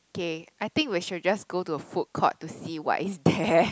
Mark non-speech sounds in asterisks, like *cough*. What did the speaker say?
okay I think we should just go to a food court to see what is there *breath*